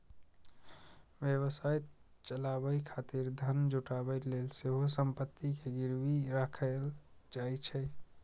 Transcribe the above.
व्यवसाय चलाबै खातिर धन जुटाबै लेल सेहो संपत्ति कें गिरवी राखल जाइ छै